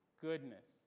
goodness